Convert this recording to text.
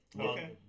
okay